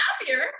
happier